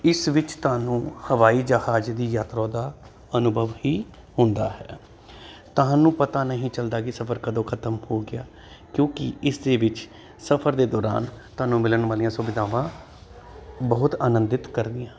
ਇਸ ਵਿੱਚ ਤੁਹਾਨੂੰ ਹਵਾਈ ਜਹਾਜ਼ ਦੀ ਯਾਤਰਾ ਦਾ ਅਨੁਭਵ ਹੀ ਹੁੰਦਾ ਹੈ ਤੁਹਾਨੂੰ ਪਤਾ ਨਹੀਂ ਚੱਲਦਾ ਕਿ ਸਫ਼ਰ ਕਦੋਂ ਖਤਮ ਹੋ ਗਿਆ ਕਿਉਂਕਿ ਇਸ ਦੇ ਵਿੱਚ ਸਫ਼ਰ ਦੇ ਦੌਰਾਨ ਤੁਹਾਨੂੰ ਮਿਲਣ ਵਾਲੀਆਂ ਸੁਵਿਧਾਵਾਂ ਬਹੁਤ ਆਨੰਦਿਤ ਕਰਦੀਆਂ